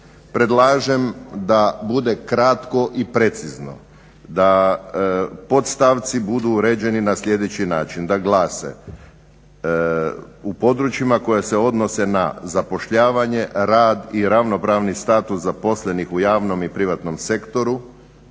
Predlažem da bude krako i precizno, da podstavci budu uređeni na sljedeći način da glase u područjima koje se odnose na zapošljavanje, rad i ravnopravni status zaposlenih u javnom i privatnom sektoru,